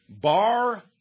Bar